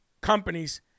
companies